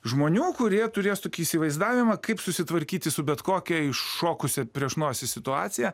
žmonių kurie turės tokį įsivaizdavimą kaip susitvarkyti su bet kokia iššokusia prieš nosį situacija